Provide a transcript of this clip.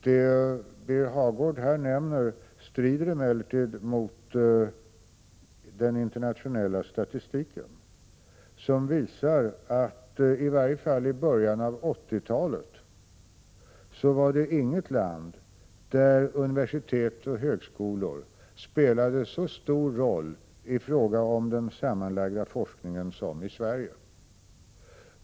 Det som Birger Hagård här nämnde strider emellertid emot den internationella statistiken som visar att det, i varje fall i början av 80-talet, inte fanns något land där universitet och högskolor spelade så stor roll i fråga om den sammanlagda forskningen som i Sverige.